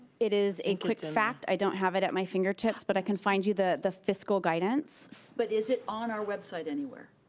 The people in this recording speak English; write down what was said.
it is a quick fact. i don't have it at my fingertips, but i can find you the the fiscal guidance but is it on our website anywhere?